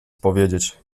powiedzieć